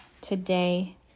today